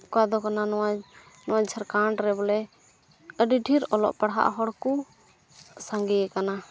ᱚᱠᱟ ᱫᱚ ᱠᱟᱱᱟ ᱱᱚᱣᱟ ᱱᱚᱜᱼᱚᱭ ᱡᱷᱟᱲᱠᱷᱚᱸᱰ ᱨᱮ ᱵᱚᱞᱮ ᱟᱹᱰᱤ ᱰᱷᱮᱨ ᱚᱞᱚᱜ ᱯᱟᱲᱦᱟᱜ ᱦᱚᱲ ᱠᱚ ᱥᱟᱸᱜᱮᱭ ᱠᱟᱱᱟ